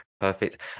Perfect